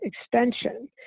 extension